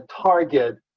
target